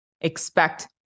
expect